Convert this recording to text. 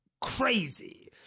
crazy